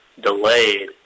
delayed